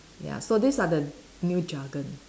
ya so this are the new jargon